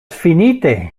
finite